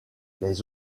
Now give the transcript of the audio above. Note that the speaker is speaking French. les